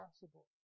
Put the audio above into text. possible